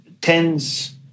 tens